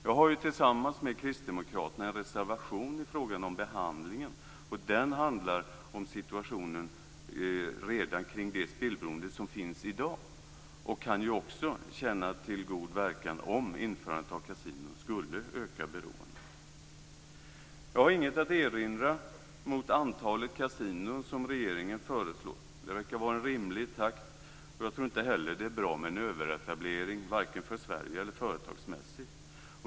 Jag har tillsammans med kristdemokraterna en reservation i frågan om behandlingen. Reservationen gäller situationen kring det spelberoende som finns i dag, och den kan ha sin verkan om införandet av kasinon skulle öka omfattningen av spelberoendet. Jag har inget att erinra mot det antal kasinon som regeringen föreslår. Det verkar vara en rimlig takt, och jag tror inte heller att det är bra med en överbetalning, varken för Sverige eller företagsmässigt.